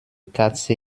katze